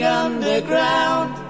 underground